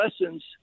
lessons